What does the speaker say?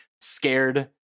scared